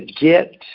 get